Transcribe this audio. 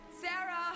Sarah